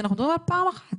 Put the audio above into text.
כי אנחנו מדברים על פעם אחת.